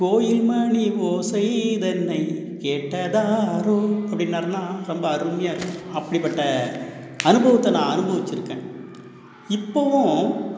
கோயில் மணி ஓசை தன்னை கேட்டதாரோ அப்படின்னாருன்னா ரொம்ப அருமையாக இருக்கும் அப்படிப்பட்ட அனுபவத்தை நான் அனுபவிச்சுருக்கேன் இப்போவும்